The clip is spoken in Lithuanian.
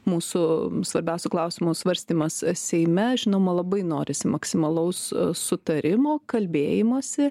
mūsų svarbiausių klausimų svarstymas seime žinoma labai norisi maksimalaus sutarimo kalbėjimosi